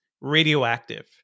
radioactive